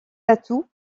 atouts